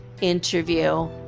interview